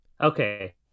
Okay